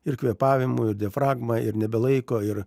ir kvėpavimu ir diafragma ir nebelaiko ir